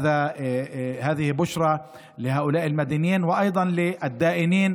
זו בשורה לחייבים הללו וגם לנושים,